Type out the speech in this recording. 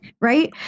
right